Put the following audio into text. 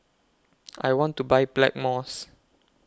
I want to Buy Blackmores